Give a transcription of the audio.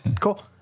cool